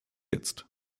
jetzt